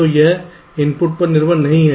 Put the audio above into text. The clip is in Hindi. तो यह इनपुट पर निर्भर नहीं है